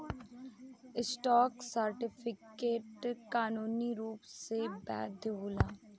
stock certificate कानूनी रूप से वैध होला